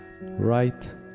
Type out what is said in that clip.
right